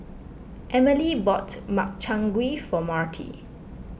Emelie bought Makchang Gui for Marty